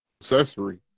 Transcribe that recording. accessory